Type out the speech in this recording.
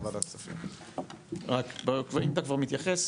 אם אתה כבר מתייחס,